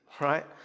right